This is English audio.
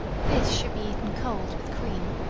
this should be eaten cold with cream,